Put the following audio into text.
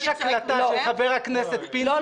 יש הקלטה של ח"כ פינדרוס --- לא,